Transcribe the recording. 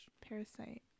Parasite